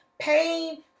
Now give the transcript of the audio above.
Pain